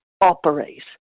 operate